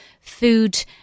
food